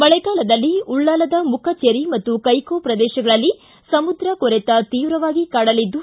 ಮಳೆಗಾಲದಲ್ಲಿ ಉಳ್ಳಾಲದ ಮುಕ್ತಜೇರಿ ಮತ್ತು ಕೈಕೋ ಪ್ರದೇಶಗಳಲ್ಲಿ ಸಮುದ್ರ ಕೊರೆತ ತೀವ್ರವಾಗಿ ಕಾಡಲಿದ್ದು